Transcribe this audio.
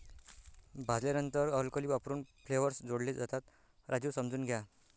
भाजल्यानंतर अल्कली वापरून फ्लेवर्स जोडले जातात, राजू समजून घ्या